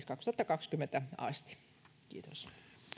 kaksituhattakaksikymmentä asti kiitos